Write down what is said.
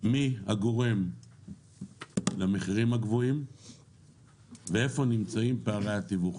מי הגורם למחירים הגבוהים ואיפה נמצאים פערי התיווך.